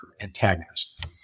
antagonist